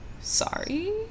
Sorry